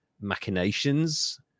machinations